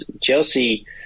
Chelsea